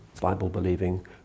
Bible-believing